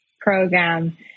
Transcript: program